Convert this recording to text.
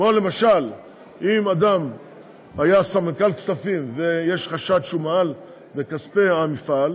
למשל אם אדם היה סמנכ"ל כספים ויש חשד שהוא מעל בכספי המפעל.